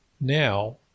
now